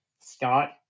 Scott